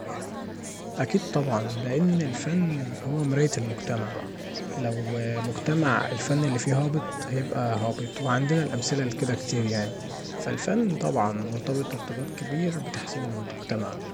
أكيد طبعا لان الفن هو مراية المجتمع لو مجتمع الفن اللي فيه هابط هيبقي هابط وعندنا الامثله لكدا كتير، فالفن مرتبط طبعا ارتباط كبير بتحسين المجتمع.